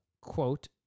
quote